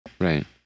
Right